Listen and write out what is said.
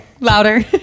louder